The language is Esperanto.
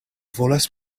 volas